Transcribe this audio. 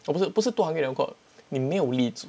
orh 不是不是 too hungry never cook but 你没有力煮